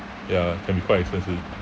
ya can be quite expensive